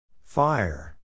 Fire